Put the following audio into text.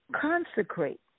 consecrate